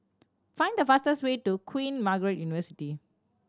find the fastest way to Queen Margaret University